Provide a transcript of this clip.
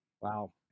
wow